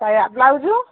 ସାୟା blouse